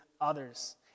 others